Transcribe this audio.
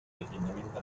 definitivamente